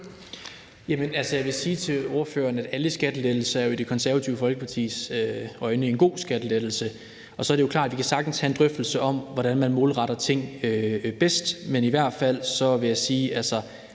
Jeg vil sige til ordføreren, at alle skattelettelser i De Konservatives øjne er gode skattelettelser. Så er det jo klart, at vi sagtens kan have en drøftelse om, hvordan man målretter ting bedst. Men i hvert fald vil jeg sige,